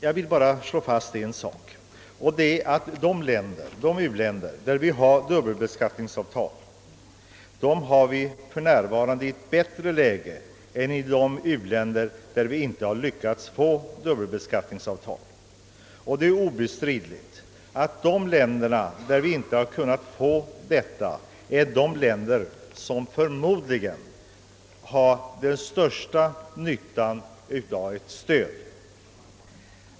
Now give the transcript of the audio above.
Jag vill emellertid slå fast en sak, nämligen att i de u-länder med vilka vi har dubbelbeskattningsavtal har vi för närvarande ett bättre läge än i de u-länder där vi inte lyckats få dylika avtal. Det är obestridligt att de länder med vilka vi inte kunnat få till stånd dubbelbeskattningsavtal förmodligen har den största nyttan av ett stöd.